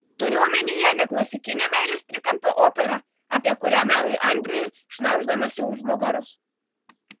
turiu omenyje ne klasikinę meilės trikampio operą apie kurią merui andriui šnabždamasi už nugaros